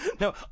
No